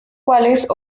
cuales